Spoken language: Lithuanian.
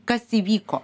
kas įvyko